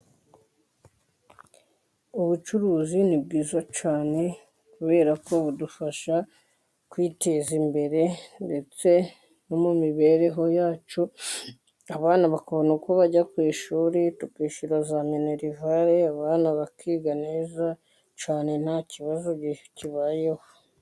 Ubucuruzi ni bwiza cyane, kubera ko budufasha kwiteza imbere ndetse no mu mibereho yacu, abana bakabona uko bajya ku ishuri tukishyura za minerivare, abana bakiga neza cyane nta kibazo kibayeho.